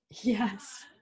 Yes